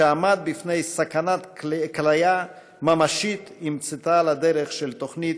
שעמד בפני סכנת כליה ממשית עם צאתה לדרך של תוכנית